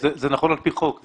זה נכון על פי חוק.